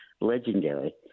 legendary